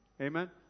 Amen